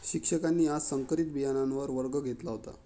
शिक्षकांनी आज संकरित बियाणांवर वर्ग घेतला होता